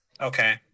Okay